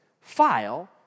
file